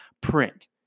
print